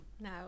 No